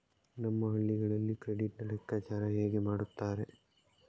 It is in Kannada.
ನಮ್ಮ ಹಳ್ಳಿಗಳಲ್ಲಿ ಕ್ರೆಡಿಟ್ ನ ಲೆಕ್ಕಾಚಾರ ಹೇಗೆ ಮಾಡುತ್ತಾರೆ?